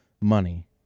money